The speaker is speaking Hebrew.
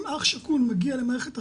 אם אח שכול מגיע למערכת החינוך,